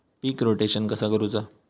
पीक rotation कसा करूचा?